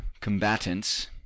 combatants